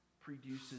produces